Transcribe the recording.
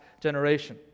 generation